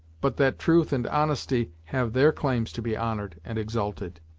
but that truth and honesty have their claims to be honored and exalted.